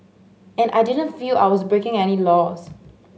and I didn't feel I was breaking any laws